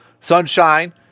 Sunshine